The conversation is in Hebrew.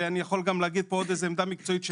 ואני יכול גם להגיד פה עוד עמדה מקצועית: